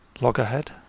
Loggerhead